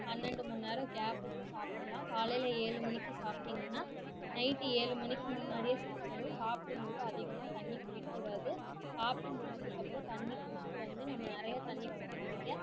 பன்னெண்டு மணிநேரோம் கேப் விட்டு சாப்பிட்லாம் காலையில ஏழு மணிக்கு சாப்பிட்டிங்கனா நைட் ஏழு மணிக்கு முன்னாடியே சாப்பிட்ணும் சாப்பிடும்போது அதிகமாக தண்ணி குடிக்க கூடாது சாப்பிட்டு முடிச்சதுக்கப்பறம் தண்ணி குடிச்சிட்டு வந்து நம்ம நிறைய தண்ணி குடிக்க குடிக்க